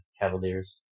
Cavaliers